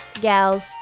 gals